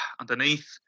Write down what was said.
underneath